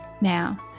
Now